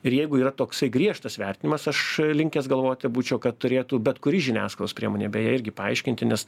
ir jeigu yra toksai griežtas vertinimas aš linkęs galvoti būčiau kad turėtų bet kuri žiniaskalos priemonė beje irgi paaiškinti nes